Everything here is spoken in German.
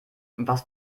was